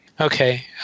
okay